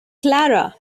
clara